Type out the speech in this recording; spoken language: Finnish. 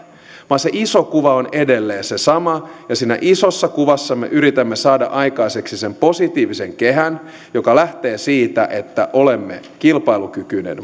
vaan se iso kuva on edelleen se sama ja siinä isossa kuvassa me yritämme saada aikaiseksi sen positiivisen kehän joka lähtee siitä että olemme kilpailukykyinen